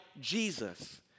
Jesus